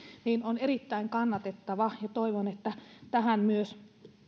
on erittäin kannatettava ja toivon että tähän myös